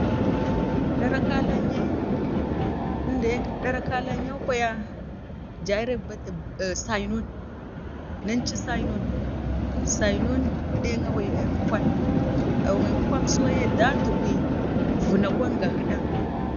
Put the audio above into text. To Darak kalan yau indai darak kalen yau kwaya, ja irika Badan saino inci sainonci sainon, sainon ɗik awain, aikukwa awan, aikukwan so yaa datgiu vinakwan gahuɗa